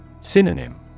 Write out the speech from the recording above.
Synonym